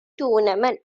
tournament